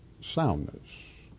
soundness